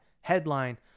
headline